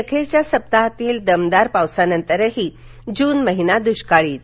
अखेरच्या सप्ताहातील दमदार पावसानंतरही जून महिना दृष्काळीच